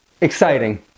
Exciting